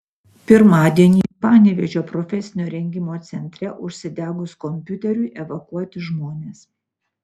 pirmadienį panevėžio profesinio rengimo centre užsidegus kompiuteriui evakuoti žmonės